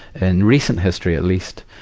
in recent history at least,